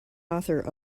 author